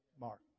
Mark